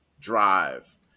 drive